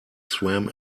swam